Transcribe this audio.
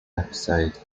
episode